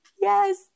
Yes